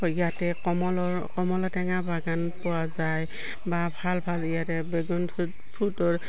ইয়াতে কমলৰ কমলা টেঙা বাগান পোৱা যায় বা ভাল ভাল ইয়াতে বেগুন ফুটৰ